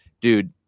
Dude